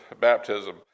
baptism